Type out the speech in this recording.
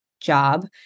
job